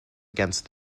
against